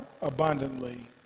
abundantly